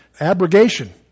abrogation